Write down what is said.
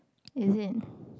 is it